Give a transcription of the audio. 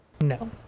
No